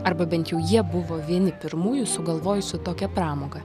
arba bent jau jie buvo vieni pirmųjų sugalvojusių tokią pramogą